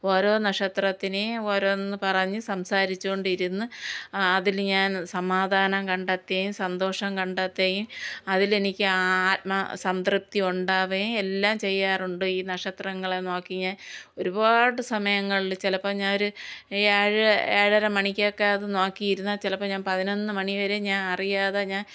ഓരോ നക്ഷത്രത്തിനെ ഓരോന്നും പറഞ്ഞു സംസാരിച്ചുകൊണ്ടിരുന്ന് അതിൽ ഞാൻ സമാധാനം കണ്ടെത്തുകയും സന്തോഷം കണ്ടെത്തുകയും അതിലെനിക്ക് ആത്മ സംതൃപ്തി ഉണ്ടാവുകയും എല്ലാം ചെയ്യാറുണ്ട് ഈ നക്ഷത്രങ്ങളെ നോക്കി ഞാൻ ഒരുപാടു സമയങ്ങളിൽ ചിലപ്പോൾ ഞാൻ ഒരു ഏഴ് ഏഴര മണിക്കൊക്കെ അത് നോക്കിയിരുന്നാൽ ചിലപ്പോൾ ഞാൻ പതിനൊന്നു മണി വരെയും ഞാൻ അറിയാതെ ഞാൻ